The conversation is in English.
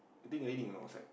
you think raining a not outside